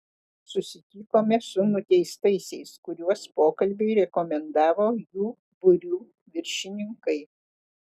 susitikome su nuteistaisiais kuriuos pokalbiui rekomendavo jų būrių viršininkai